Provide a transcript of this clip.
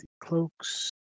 Cloaks